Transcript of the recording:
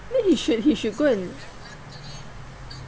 then he should he should go and